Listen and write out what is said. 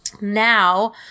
now